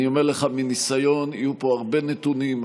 אני אומר לך מניסיון: יהיו פה הרבה נתונים,